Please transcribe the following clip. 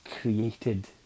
created